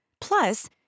Plus